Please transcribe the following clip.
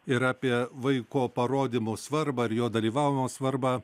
ir apie vaiko parodymų svarbą ir jo dalyvavimo svarbą